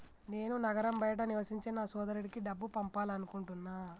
నేను నగరం బయట నివసించే నా సోదరుడికి డబ్బు పంపాలనుకుంటున్నా